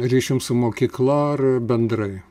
ryšium su mokykla ar bendrai